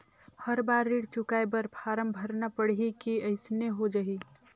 हर बार ऋण चुकाय बर फारम भरना पड़ही की अइसने हो जहीं?